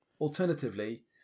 alternatively